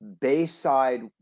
Bayside